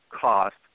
cost